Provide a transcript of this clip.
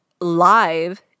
live